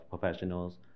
professionals